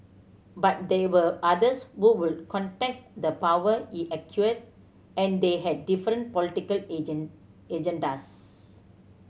but there were others who would contest the power he acquired and they had different political agendas